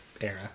era